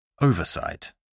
Oversight